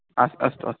अस्तु अस्तु अस्तु